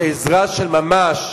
זה עזרה של ממש.